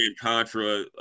Contra